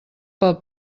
pel